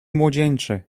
młodzieńczy